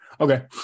Okay